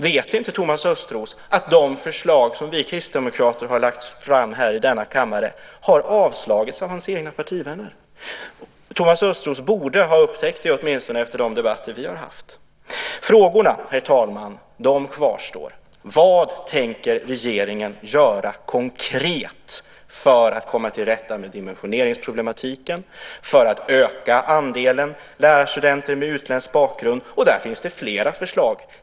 Vet inte Thomas Östros att de förslag som vi kristdemokrater har lagt fram i denna kammare har avslagits av hans egna partivänner? Thomas Östros borde ha upptäckt det, åtminstone efter de debatter vi har haft. Frågorna kvarstår, herr talman. Vad tänker regeringen göra konkret för att komma till rätta med dimensioneringsproblematiken, för att öka andelen lärarstudenter med utländsk bakgrund? Där finns det flera förslag.